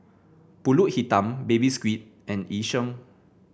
pulut hitam Baby Squid and Yu Sheng